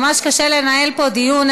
ממש קשה לנהל פה דיון.